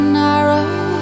narrow